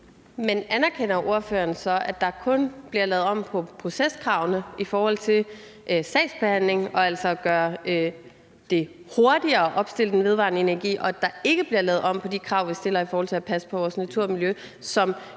Men anerkender ordføreren så, at der kun bliver lavet om på proceskravene i forhold til sagsbehandlingen, og at man altså gør det hurtigere at opstille vedvarende energi-anlæg, og at der ikke bliver lavet om på de krav, vi stiller i forhold til at passe på vores natur og